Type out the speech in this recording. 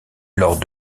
lors